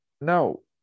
No